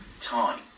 time